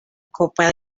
copa